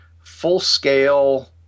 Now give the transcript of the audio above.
full-scale